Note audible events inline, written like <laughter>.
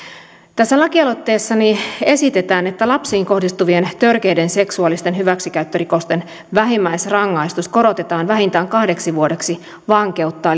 tässä lakialoitteessani esitetään että lapsiin kohdistuvien törkeiden seksuaalisten hyväksikäyttörikosten vähimmäisrangaistus korotetaan vähintään kahdeksi vuodeksi vankeutta <unintelligible>